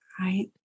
Right